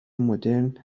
مدرن